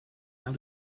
how